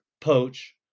poach